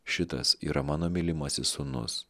šitas yra mano mylimasis sūnus